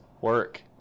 work